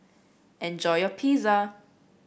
enjoy your Pizza